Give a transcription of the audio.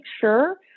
sure